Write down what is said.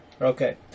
Okay